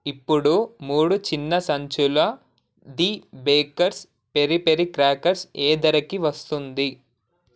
ఇప్పుడు మూడు చిన్న సంచుల ది బేకర్స్ పెరి పెరి క్ర్యాకర్స్ ఏ ధరకి వస్తుంది